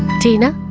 tina,